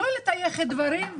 לא לטייח דברים,